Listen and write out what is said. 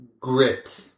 grit